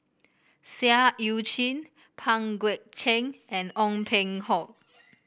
Seah Eu Chin Pang Guek Cheng and Ong Peng Hock